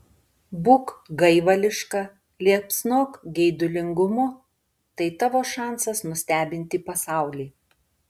būk gaivališka liepsnok geidulingumu tai tavo šansas nustebinti pasaulį